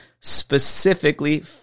specifically